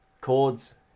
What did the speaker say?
chords